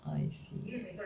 I see